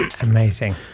amazing